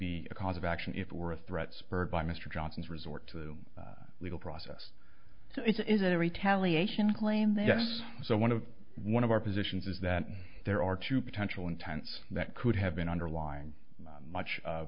be a cause of action if it were a threat spurred by mr johnson's resort to the legal process so is it a retaliation claim that yes so one of one of our positions is that there are two potential intense that could have been underlying much of